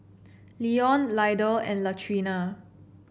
Leon Lydell and Latrina